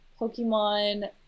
Pokemon